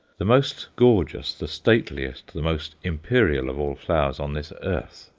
the most gorgeous, the stateliest, the most imperial of all flowers on this earth,